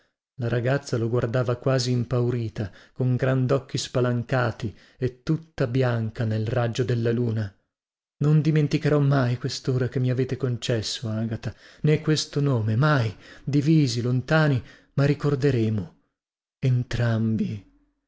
la ragazza lo guardava quasi impaurita con grandocchi spalancati e tutta bianca nel raggio della luna non dimenticherò mai questora che mi avete concesso agata nè questo nome mai divisi lontani ma ricorderemo entrambi